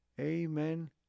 Amen